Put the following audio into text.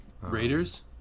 Raiders